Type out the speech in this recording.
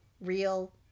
real